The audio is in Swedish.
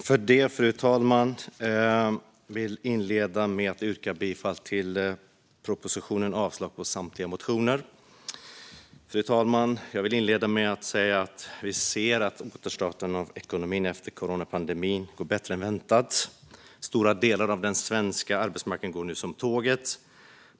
Fru talman! Jag vill inleda med att yrka bifall till propositionen och avslag på samtliga motioner. Fru talman! Vi ser att återstarten av ekonomin efter coronapandemin går bättre än väntat. Stora delar av den svenska arbetsmarknaden går nu som tåget.